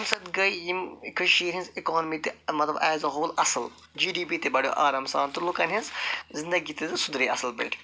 تہٕ اَمہِ سۭتۍ گٔے یِم کشیٖرِ ہٕنٛز اِکنامی تہِ مطلب ایز اےٚ ہول اَصٕل جی ڈی پی تہِ بڈیو آرام سان تہٕ لوٗکن ہٕنٛز زِنٛدگی تہِ سُدھرے اَصٕل پٲٹھۍ